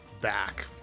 back